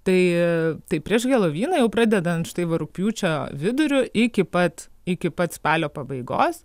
tai taip prieš heloviną jau pradedant štai va rugpjūčio viduriu iki pat iki pat spalio pabaigos